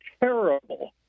terrible